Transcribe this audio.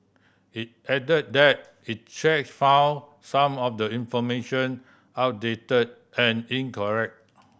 it added that it checks found some of the information outdated and inaccurate